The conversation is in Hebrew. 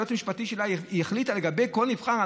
היועץ המשפטי שלה יחליט לגבי כל נבחר.